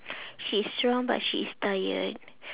she's strong but she's tired